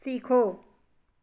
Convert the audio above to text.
सीखो